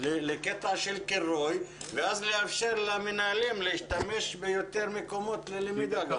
לקטע של קרוי ואז לאפשר למנהלים להשתמש ביותר מקומות למידה.